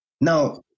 Now